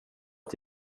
att